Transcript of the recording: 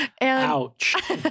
Ouch